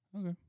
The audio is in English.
Okay